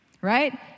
right